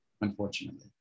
unfortunately